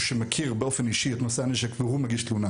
שמכיר אישית את נושא הנשק והוא מגיש תלונה